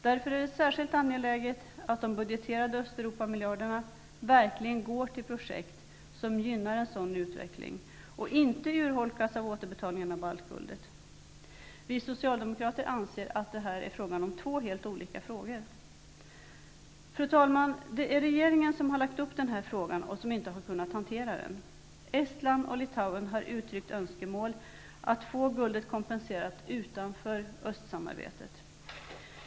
Därför är det särskilt angeläget att de budgeterade Östeuropamiljarderna verkligen går till projekt som gynnar utvecklingen och inte urholkas av finansieringen för återbetalningen av baltguldet. Vi socialdemokrater anser att det är är fråga om två helt olika saker. Fru talman! Det är regeringen som har tagit upp denna fråga och inte har kunnat hantera den. Estland och Litauen har uttryckt önskemål om att få guldet kompenserat utanför östsamarbetet.